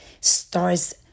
starts